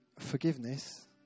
forgiveness